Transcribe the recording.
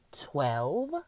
twelve